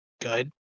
good